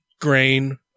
grain